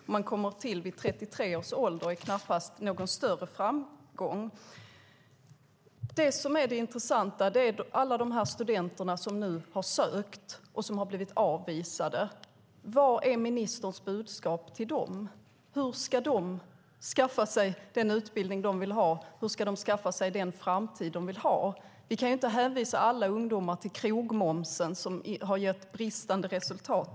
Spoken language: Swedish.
Om man kommer till vid 33 års ålder är det knappast någon större framgång. Det som är det intressanta är alla de studenter som nu har sökt och som har blivit avvisade. Vad är ministerns budskap till dem? Hur ska de skaffa sig den utbildning de vill ha? Hur ska de skaffa sig den framtid de vill ha? Vi kan inte hänvisa alla ungdomar till krogmomsen, som dessutom har gett bristande resultat.